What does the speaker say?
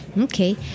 Okay